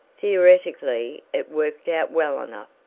theoretically it worked out well enough,